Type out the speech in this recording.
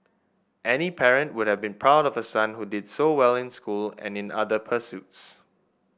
any parent would have been proud of a son who did so well in school and in other pursuits